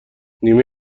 نیمه